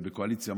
ובקואליציה,